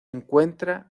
encuentra